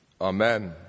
Amen